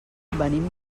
venim